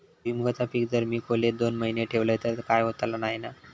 भुईमूगाचा पीक जर मी खोलेत दोन महिने ठेवलंय तर काय होतला नाय ना?